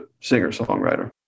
singer-songwriter